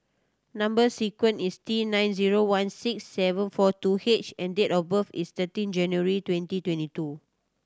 number sequence is T nine one six seven four two H and date of birth is thirteen January twenty twenty two